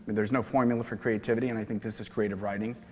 there's no formula for creativity, and i think this is creative writing.